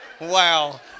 Wow